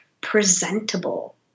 presentable